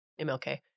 MLK